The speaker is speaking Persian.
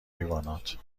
حیوانات